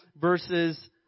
verses